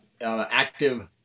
active